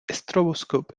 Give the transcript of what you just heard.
stroboscope